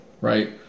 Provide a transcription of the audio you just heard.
right